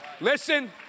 Listen